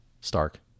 stark